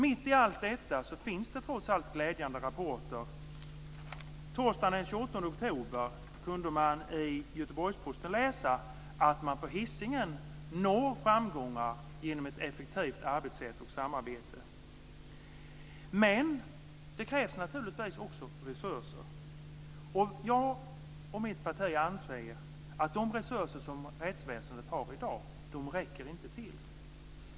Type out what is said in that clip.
Mitt i allt detta finns det trots allt glädjande rapporter. Torsdagen den 28 oktober kunde man in Göteborgs-Posten läsa att man på Hisingen når framgångar genom ett effektivt arbetssätt och samarbete. Men det krävs naturligtvis också resurser. Jag och mitt parti anser att de resurser som rättsväsendet har i dag inte räcker till.